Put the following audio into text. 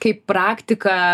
kaip praktiką